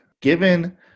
given